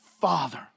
Father